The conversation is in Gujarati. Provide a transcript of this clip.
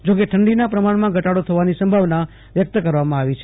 જોકે ઠંડીના પ્રમાણમાં ઘટાડો થવાની સંભાવના વ્યક્ત કરવામાં આવી હતી